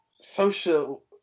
social